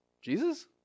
Jesus